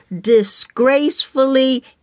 disgracefully